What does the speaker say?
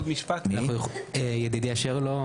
ידידיה שרלו,